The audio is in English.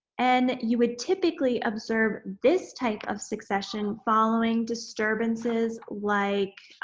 and, you would typically observe this type of succession following disturbances like